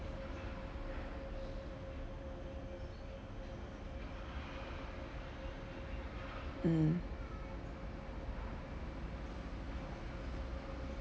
mm